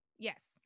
Yes